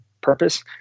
purpose